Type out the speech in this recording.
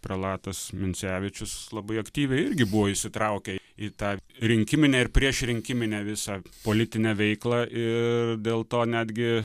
prelatas mincevičius labai aktyviai irgi buvo įsitraukę į tą rinkiminę ir prieš rinkiminę visą politinę veiklą ir dėl to netgi